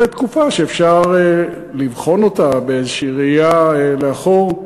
זו תקופה שאפשר לבחון אותה באיזושהי ראייה לאחור.